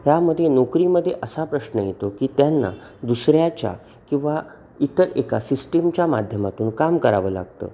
ह्यामध्ये नोकरीमध्ये असा प्रश्न येतो की त्यांना दुसऱ्याच्या किंवा इतर एका सिस्टिमच्या माध्यमातून काम करावं लागतं